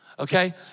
Okay